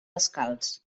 descalç